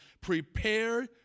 Prepare